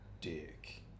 dick